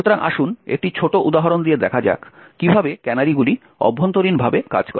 সুতরাং আসুন একটি ছোট উদাহরণ দিয়ে দেখা যাক কিভাবে ক্যানারিগুলি অভ্যন্তরীণভাবে কাজ করে